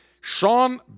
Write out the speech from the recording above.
Sean